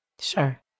Sure